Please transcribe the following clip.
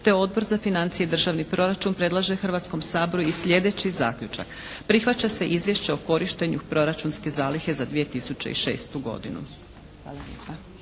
te Odbor za financije i državni proračun predlaže Hrvatskom saboru i sljedeći zaključak. Prihvaća se Izvješće o korištenju proračunske zalihe za 2006. godinu.